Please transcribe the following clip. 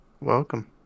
Welcome